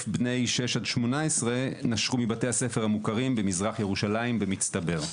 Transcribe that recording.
בני 6-18 נשרו מבתי הספר המוכרים במזרח ירושלים במצטבר.